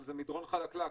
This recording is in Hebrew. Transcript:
אבל זה מדרון חלקלק,